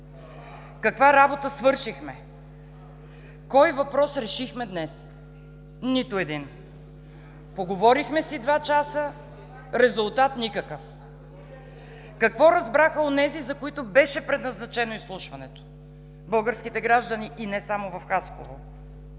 Каква работа свършихме? Кой въпрос решихме днес? Нито един. Поговорихме си два часа. Резултат – никакъв. Какво разбраха онези, за които беше предназначено изслушването – българските граждани, и не само в Хасково?